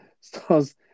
stars